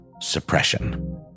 suppression